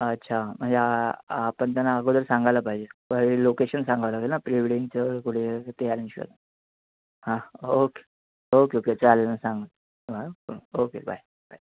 अच्छा म्हणजे आ आपण त्यांना अगोदर सांगायला पाहिजे पहिले लोकेशन सांगावं लागेल आणि प्री वेडिंगचं पुढे कुठे अरेंज हां ओके ओके ओके चालेल न सांग ओके बाय बाय